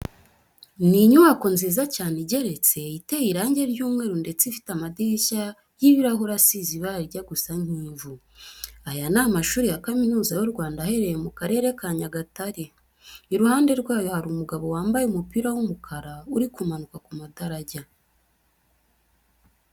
Ni inyubako nziza cyane igeretse, iteye irange ry'umweru ndetse ifite amadirishya y'ibirahure asize ibara rijya gusa nk'ivu. Aya ni amashuri ya Kaminuza y'u Rwanda aherereye mu Karere ka Nyagatare. Iruhande rwayo hari umugabo wambaye umupira w'umukara uri kumanuka ku madarajya.